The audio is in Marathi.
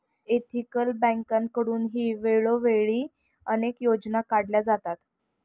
एथिकल बँकेकडूनही वेळोवेळी अनेक योजना काढल्या जातात